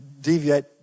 deviate